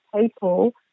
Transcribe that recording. people